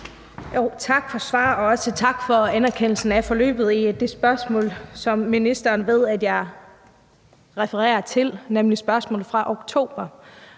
Tak for svar, og også tak for anerkendelsen af forløbet i det spørgsmål, som ministeren ved jeg refererer til, nemlig spørgsmålet fra oktober.